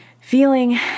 feeling